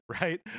right